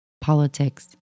politics